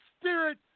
spirit